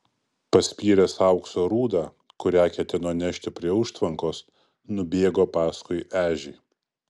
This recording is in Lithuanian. paspyręs aukso rūdą kurią ketino nešti prie užtvankos nubėgo paskui ežį